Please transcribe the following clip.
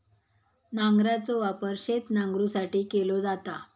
नांगराचो वापर शेत नांगरुसाठी केलो जाता